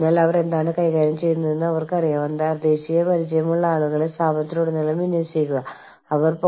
മിക്ക രാജ്യങ്ങളിലും സർക്കാർ ഓഫീസുകളിൽ കൈക്കൂലി കുറ്റകരമാണ്